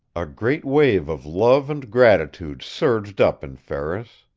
a great wave of love and gratitude surged up in ferris.